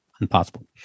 Impossible